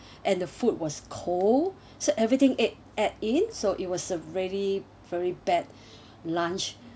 and the food was cold so everything ad~ add in so it was a very very bad lunch